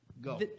Go